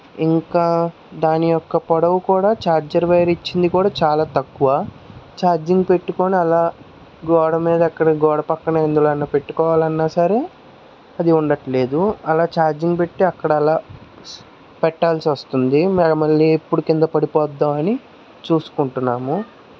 ఇంకా దాని యొక్క పొడవు కూడా ఛార్జర్ వైరు ఇచ్చింది కూడా చాలా తక్కువ ఛార్జింగ్ పెట్టుకొని అలా గోడ మీద అక్కడ గోడ పక్కన ఎందులో అన్నా పెట్టుకోవాలన్నా సరే అది ఉండటం లేదు అలా ఛార్జింగ్ పెట్టి అక్కడ అలా పెట్టాల్సి వస్తుంది మరి మళ్ళీ ఎప్పుడు కింద పడిపోతుందో అని చూసుకుంటున్నాము